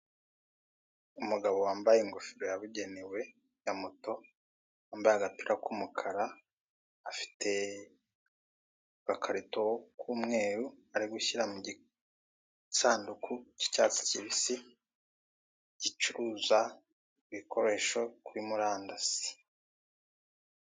Umugabo wambaye ingofero yabugenewe ya moto, wambaye agapira k'umukara, afite agakarito k'umweru ari gushyira mu gisanduku k'icyatsi kibisi gicuruza ibikoresho kuri murandasi.